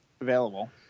available